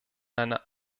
einer